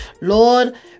Lord